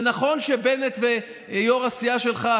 אבוטבול, נגד סמי אבו שחאדה,